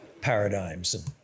paradigms